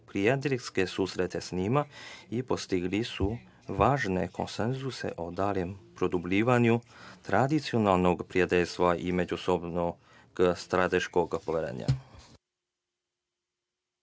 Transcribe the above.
prijateljske susrete sa njima i postigli su važne konsenzuse o daljem produbljivanju tradicionalnog prijateljstva i međusobnog strateškog